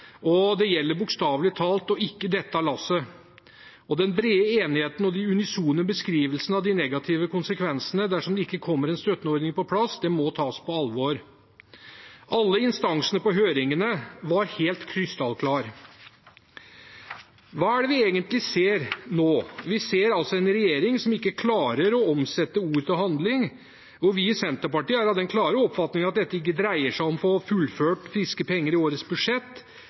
og det gjelder bokstavelig talt å ikke dette av lasset. Den brede enigheten og de unisone beskrivelsene av de negative konsekvensene dersom det ikke kommer en støtteordning på plass, må tas på alvor. Alle instansene på høringene var helt krystallklare. Hva er det vi egentlig ser nå? Vi ser en regjering som ikke klarer å omsette ord til handling. Vi i Senterpartiet er av den klare oppfatning at dette ikke dreier seg om å få tilført friske penger i årets budsjett.